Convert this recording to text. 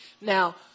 Now